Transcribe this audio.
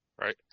Right